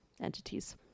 entities